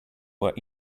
were